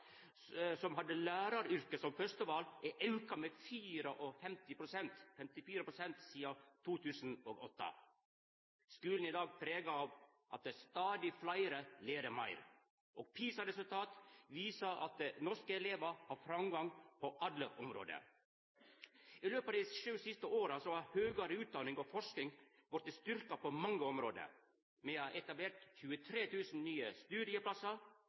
søkjarar som hadde læraryrket som førsteval, har auka med 54 pst. sidan 2008. Skulen i dag er prega av at stadig fleire lærer meir. PISA-resultat viser at norske elevar har framgang på alle område. I løpet av dei sju siste åra har høgare utdanning og forsking vorte styrkt på mange område. Me har etablert 23 000 nye